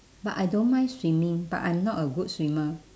but I don't mind swimming but I'm not a good swimmer